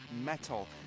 Metal